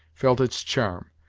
felt its charm,